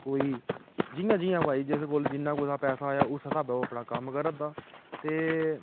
कोई जि'यां जि'यां भाई जिस कोल जिन्ना कुसै पैसा आया उस स्हाबै ओह् अपना कम्म करा दा ते